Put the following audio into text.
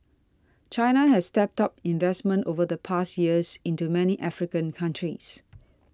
China has stepped up investment over the past years into many African countries